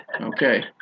Okay